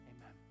amen